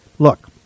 Look